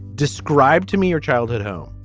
describe to me your childhood home.